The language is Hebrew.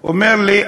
הוא אומר לי: